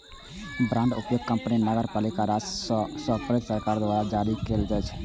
बांडक उपयोग कंपनी, नगरपालिका, राज्य आ संप्रभु सरकार द्वारा जारी कैल जाइ छै